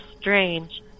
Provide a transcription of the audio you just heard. strange